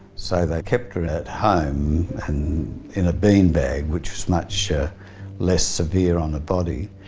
so they kept her at home in a bean bag which is much less severe on the body.